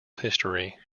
history